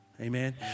Amen